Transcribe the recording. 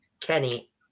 Kenny